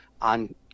on